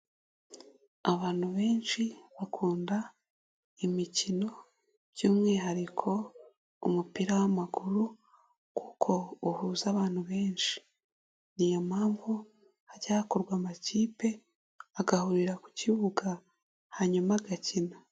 Abantu benshi bakunda imikino by'umwihariko umupira w'amaguru kuko uhuza abantu benshi, ni iyo mpamvu hajya hakorwa amakipe agahurira ku kibuga hanyuma agakina.